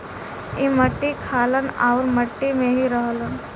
ई मट्टी खालन आउर मट्टी में ही रहलन